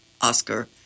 Oscar